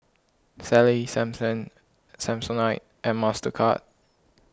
Sally Sansen Samsonite and Mastercard